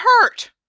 hurt